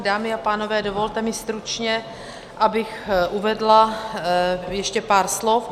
Dámy a pánové, dovolte mi stručně, abych uvedla ještě pár slov.